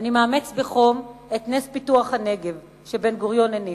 "אני מאמץ בחום את נס פיתוח הנגב שבן-גוריון הניף,